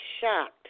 shocked